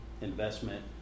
investment